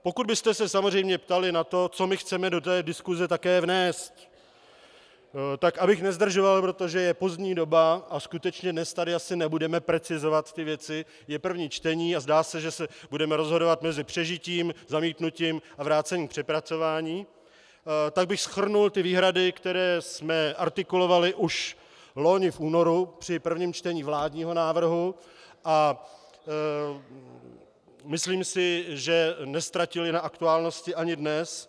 Pokud byste se samozřejmě ptali na to, co my chceme do té diskuse také vnést, tak abych nezdržoval, protože je pozdní doba a skutečně dnes tady asi nebudeme precizovat ty věci, je první čtení a zdá se, že se budeme rozhodovat mezi přežitím, zamítnutím a vrácením k přepracování, shrnul bych výhrady, které jsme artikulovali už loni v únoru při prvním čtení vládního návrhu, a myslím si, že neztratily na aktuálnosti ani dnes.